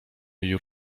jej